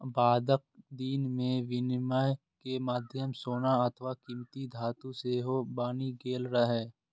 बादक दिन मे विनिमय के माध्यम सोना अथवा कीमती धातु सेहो बनि गेल रहै